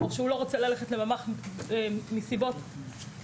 או שהוא לא רוצה ללכת לממ"ח מסיבות של השקפה,